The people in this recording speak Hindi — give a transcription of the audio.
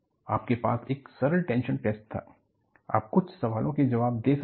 आपके पास एक सरल टेंशन टेस्ट था आप कुछ सवालों के जवाब दे सकते हैं